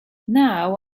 now